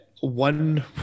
one